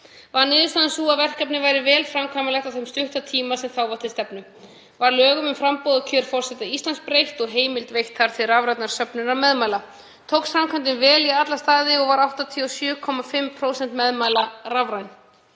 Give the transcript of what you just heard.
Var niðurstaðan sú að verkefnið væri vel framkvæmanlegt á þeim stutta tíma sem þá var til stefnu. Var lögum um framboð og kjör forseta Íslands breytt og heimild veitt þar til rafrænnar söfnunar meðmæla. Tókst framkvæmdin vel í alla staði og voru 87,5% meðmæla rafræn.